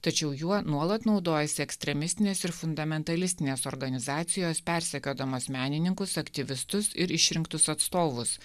tačiau juo nuolat naudojasi ekstremistinės ir fundamentalistinės organizacijos persekiodamas menininkus aktyvistus ir išrinktus atstovus